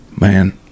man